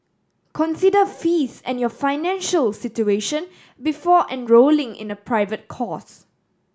consider fees and your financial situation before enrolling in a private course